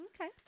okay